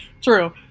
True